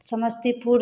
Samastipur